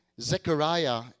zechariah